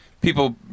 people